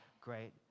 great